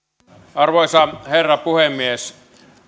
arvoisa herra puhemies